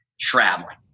traveling